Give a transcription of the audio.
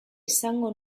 esango